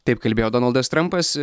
taip kalbėjo donaldas trampas